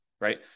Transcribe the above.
Right